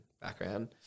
background